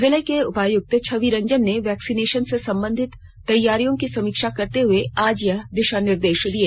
जिले के उपायुक्त छवि रंजन ने वैक्सीनेशन से संबंधित तैयारियों की समीक्षा करते हए आज यह दिशा निर्देश दिए